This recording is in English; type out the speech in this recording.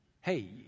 Hey